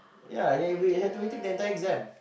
yeah he he had to retake the entire exam